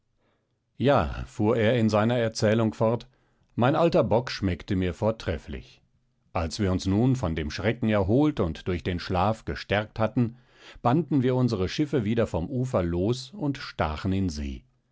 ja fuhr er in seiner erzählung fort mein alter bock schmeckte mir vortrefflich als wir uns nun von dem schrecken erholt und durch den schlaf gestärkt hatten banden wir unsere schiffe wieder vom ufer los und stachen in see